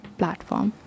platform